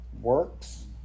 works